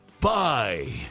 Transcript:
Bye